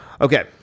Okay